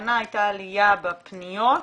השנה הייתה עלייה בפניות,